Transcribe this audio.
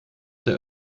der